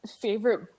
favorite